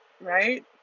Right